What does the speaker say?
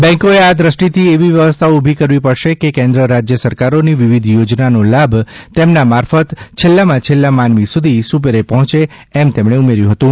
બેન્કોએ આ દ્રષ્ટિથી એવી વ્યવસ્થાઓ ઊભી કરવી પડે કે કેન્દ્ર રાજ્ય સરકારોની વિવિધ યોજનાઓનો લાભ તેમના મારફત છેલ્લામાં છેલ્લા માનવી સુધી સુપેરે પહોચે એમ તેમણે ઉમેર્યુ હતું